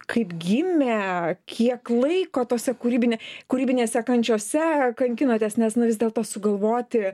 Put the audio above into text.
kaip gimė kiek laiko tose kūrybine kūrybinėse kančiose kankinotės nes nu vis dėlto sugalvoti